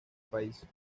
país